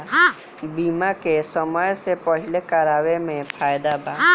बीमा के समय से पहिले करावे मे फायदा बा